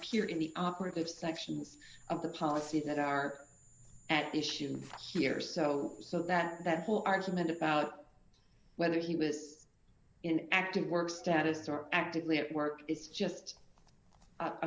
appear in the operative sections of the policies that are at issue here so so that that whole argument about whether he was in active work status are actively at work is just a